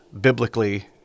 biblically